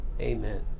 Amen